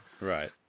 right